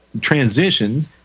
transition